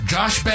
Josh